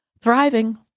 thriving